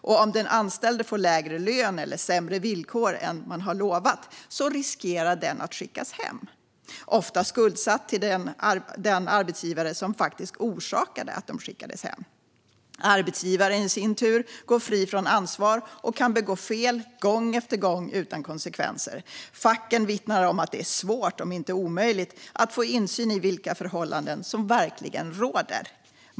Om den anställde får lägre lön eller sämre villkor än vad som utlovats riskerar denne att skickas hem, ofta skuldsatt gentemot den arbetsgivare som faktiskt orsakade att man skickades hem. Arbetsgivaren går i sin tur fri från ansvar och kan begå fel gång efter gång utan konsekvenser. Facken vittnar om att det är svårt, om inte omöjligt, att få insyn i vilka förhållanden som verkligen råder.